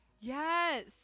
Yes